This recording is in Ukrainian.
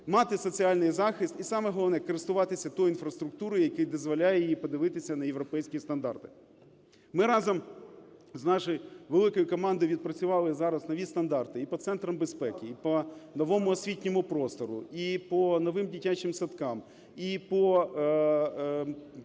мати соціальний захист і, саме головне, користуватися тою інфраструктурою, яка дозволяє їй подивитися на європейські стандарти. Ми разом з нашою великою командою відпрацювали зараз нові стандарти і по центрам безпеки, і по новому освітньому простору, і по новим дитячим садкам, і по